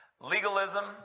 Legalism